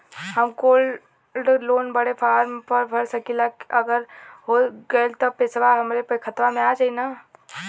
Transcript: हम gold loan बड़े form भर सकी ला का अगर हो गैल त पेसवा हमरे खतवा में आई ना?